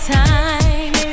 time